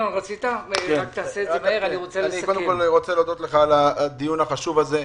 אני רוצה להודות לך על הדיון החשוב הזה.